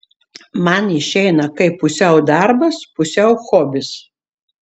man išeina kaip pusiau darbas pusiau hobis